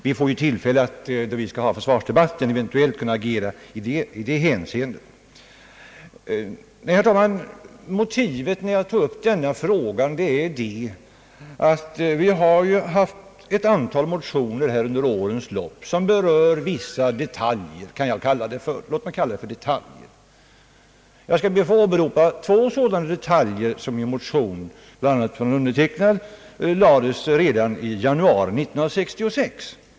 Vi får ju tillfälle att under försvarsdebatten agera i detta hänseende. Motivet till att jag tog upp denna fråga var, herr talman, att vi under årens lopp haft ett antal motioner vilka berör vissa detaljer — låt mig kalla det så. Jag skall be att få åberopa två sådana detaljer som i en motion, bl.a. av undertecknad, lades fram redan i januari 1966.